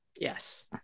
Yes